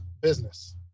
business